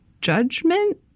judgment